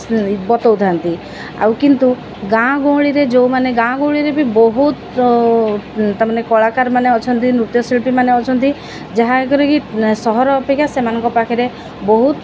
ବତଉଥାନ୍ତି ଆଉ କିନ୍ତୁ ଗାଁ ଗହଳିରେ ଯେଉଁମାନେ ଗାଁ ଗହଳିରେ ବି ବହୁତ ତାମାନେ କଳାକାରମାନେ ଅଛନ୍ତି ନୃତ୍ୟଶିଳ୍ପୀ ମାନେ ଅଛନ୍ତି ଯାହାକରିକି ସହର ଅପେକ୍ଷା ସେମାନଙ୍କ ପାଖରେ ବହୁତ